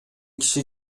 киши